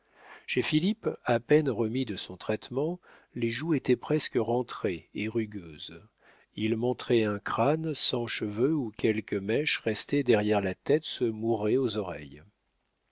philippe à peine remis de son traitement les joues étaient presque rentrées et rugueuses il montrait un crâne sans cheveux où quelques mèches restées derrière la tête se mouraient aux oreilles